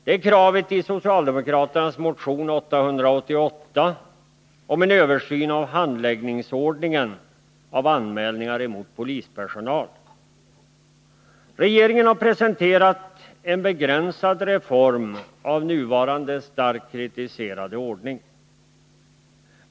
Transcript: Det är kravet i socialdemokraternas motion 888 om en översyn av handläggningsordningen för anmälningar emot polispersonal. Regeringen har presenterat en begränsad reform av nuvarande starkt kritiserade ordning.